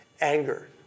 anger